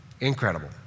Incredible